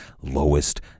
lowest